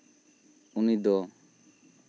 ᱩᱱᱤ ᱫᱚ